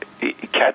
Catch